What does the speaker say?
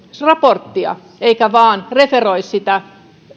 raporttia eikä vain referoi sitä